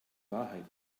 wahrheit